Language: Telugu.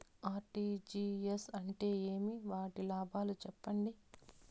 ఆర్.టి.జి.ఎస్ అంటే ఏమి? వాటి లాభాలు సెప్పండి?